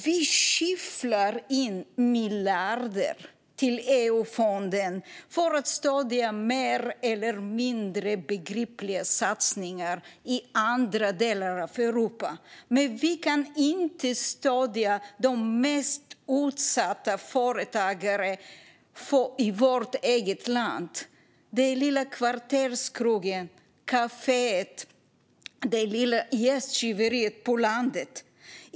Vi skyfflar in miljarder till EU-fonden för att stödja mer eller mindre begripliga satsningar i andra delar av Europa. Men vi kan inte stödja de mest utsatta företagarna i vårt eget land - den lilla kvarterskrogen, kaféet eller det lilla gästgiveriet på landet.